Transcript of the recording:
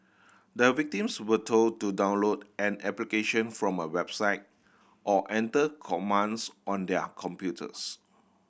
the victims were told to download an application from a website or enter commands on their computers